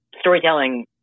storytelling